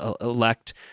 elect